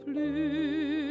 Plus